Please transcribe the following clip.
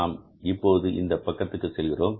நாம் இப்போது அந்த பக்கத்துக்கு செல்கிறோம்